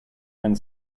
and